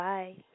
Bye